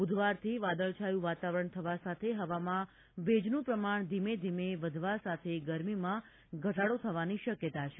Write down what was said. બુધવારથી વાદળછાયું વાતાવરણ થવા સાથે હવામાં ભેજનું પ્રમાણ ધીમે ધીમે વધવા સાથે ગરમીમાં ઘટાડો થવાની શક્યતા છે